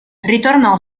ritornò